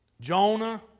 Jonah